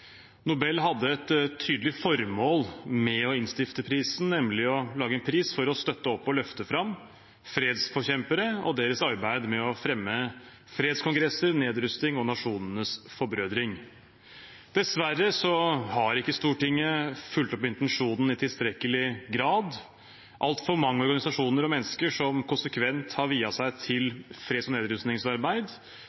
Nobel hadde et tydelig formål med å innstifte prisen, nemlig å lage en pris for å støtte opp om og løfte fram fredsforkjempere og deres arbeid med å fremme fredskongresser, nedrustning og nasjonenes forbrødring. Dessverre har ikke Stortinget fulgt opp intensjonen i tilstrekkelig grad. Altfor mange organisasjoner og mennesker som konsekvent har viet seg til